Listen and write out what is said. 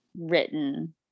written